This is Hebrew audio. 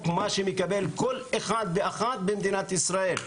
מה שמקבל כל אחד ואחת במדינת ישראל.